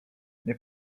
nie